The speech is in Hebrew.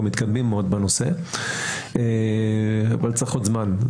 מתקדמים מאוד בנושא אבל צריך עוד זמן.